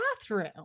bathroom